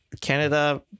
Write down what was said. canada